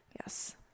Yes